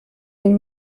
این